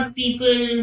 people